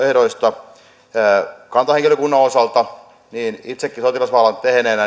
ehdoista kantahenkilökunnan osalta niin itseänikin sotilasvalan